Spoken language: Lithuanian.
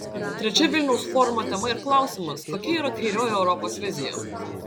trečia vilniaus forumo tema ir klausimas kokia yra kairioji europos vizija